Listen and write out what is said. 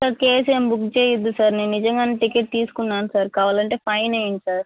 sir case ఏమి book చేయద్దు sir నేను నిజంగానే టికెట్ తీసుకున్నాను సార్ కావాలంటే ఫైన్ వేయండి సార్